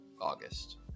August